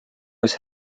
was